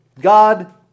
God